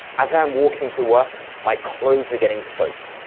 as i am walking to work my clothes are getting soaked.